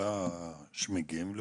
המחלה שמגיעים לו?